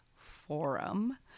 Forum